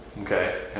Okay